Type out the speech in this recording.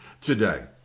today